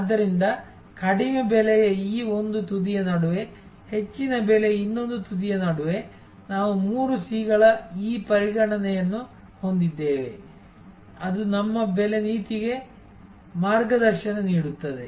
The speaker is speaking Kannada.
ಆದ್ದರಿಂದ ಕಡಿಮೆ ಬೆಲೆಯ ಈ ಒಂದು ತುದಿಯ ನಡುವೆ ಹೆಚ್ಚಿನ ಬೆಲೆಯ ಇನ್ನೊಂದು ತುದಿಯ ನಡುವೆ ನಾವು ಮೂರು ಸಿಗಳ ಈ ಪರಿಗಣನೆಗಳನ್ನು ಹೊಂದಿದ್ದೇವೆ ಅದು ನಮ್ಮ ಬೆಲೆ ನೀತಿಗೆ ಮಾರ್ಗದರ್ಶನ ನೀಡುತ್ತದೆ